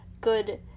good